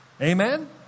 Amen